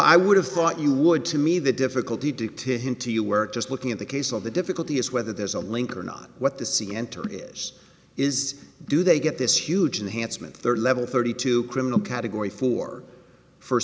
i would have thought you would to me the difficulty due to him too you were just looking at the case of the difficulty is whether there's a link or not what the c entered is is do they get this huge unhandsome and third level thirty two criminal category for f